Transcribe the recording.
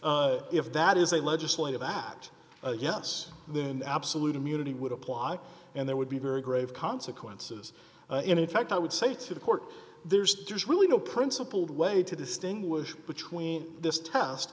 all if that is a legislative act yes then absolute immunity would apply and there would be very grave consequences in fact i would say to the court there's there's really no principled way to distinguish between this test